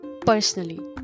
personally